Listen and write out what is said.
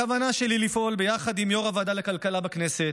הכוונה שלי היא לפעול ביחד עם יו"ר ועדת הכלכלה בכנסת,